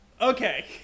Okay